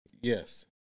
Yes